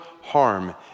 harm